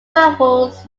rivals